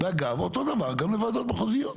ואגב, אותו דבר גם לוועדות מחוזיות,